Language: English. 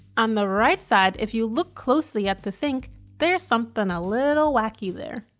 on the right side if you look closely at the sink there's something a little wacky there.